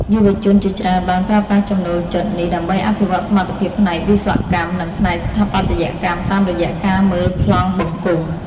យុវជនជាច្រើនបានប្រើប្រាស់ចំណូលចិត្តនេះដើម្បីអភិវឌ្ឍសមត្ថភាពផ្នែកវិស្វកម្ម និងផ្នែកស្ថាបត្យកម្មតាមរយៈការមើលប្លង់បង្គុំ។